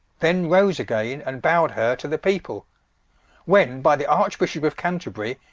then rose againe, and bow'd her to the people when by the arch-byshop of canterbury,